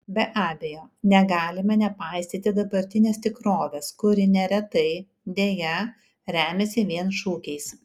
be abejo negalime nepaisyti dabartinės tikrovės kuri neretai deja remiasi vien šūkiais